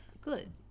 good